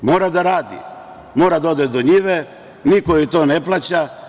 Mora da radi, mora da ode do njive, niko joj to ne plaća.